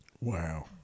Wow